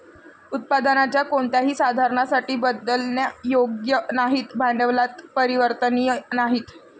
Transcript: उत्पादनाच्या कोणत्याही साधनासाठी बदलण्यायोग्य नाहीत, भांडवलात परिवर्तनीय नाहीत